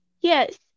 Yes